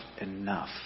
enough